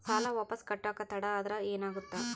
ಸಾಲ ವಾಪಸ್ ಕಟ್ಟಕ ತಡ ಆದ್ರ ಏನಾಗುತ್ತ?